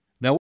Now